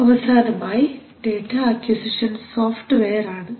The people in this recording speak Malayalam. അവസാനമായി ഡേറ്റ അക്വിസിഷൻ സോഫ്റ്റ്വെയർ ആണ്